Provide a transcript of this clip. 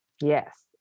Yes